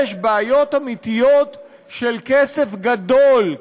יש בעיות אמיתיות של כסף גדול,